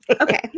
okay